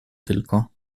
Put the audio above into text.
tylko